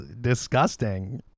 disgusting